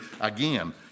Again